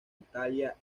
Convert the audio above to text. italia